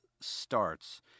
starts